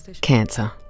Cancer